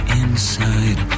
inside